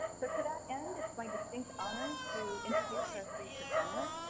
so, to that end, it's my distinct honor to introduce our three presenters.